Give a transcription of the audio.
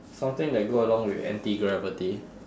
something that go along with anti-gravity